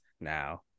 now